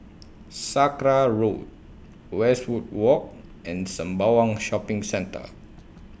Sakra Road Westwood Walk and Sembawang Shopping Centre